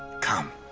come.